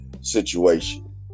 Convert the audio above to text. situation